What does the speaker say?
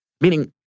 Meaning